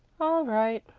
all right,